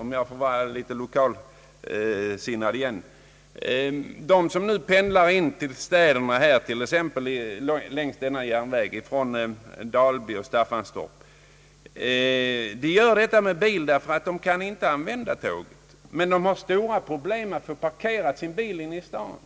om jag får vara lokalsinnad igen — t.ex. längs järnvägen från Dalby och Staffanstorp, gör detta med bil därför att de inte kan använda tåget. Men de har stora svårigheter med att parkera bilen inne i staden.